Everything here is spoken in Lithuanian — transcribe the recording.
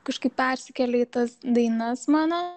kažkaip persikėlė į tas dainas mano